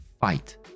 fight